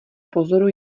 pozoru